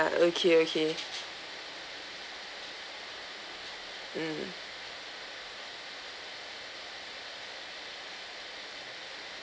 okay okay mm